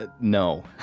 No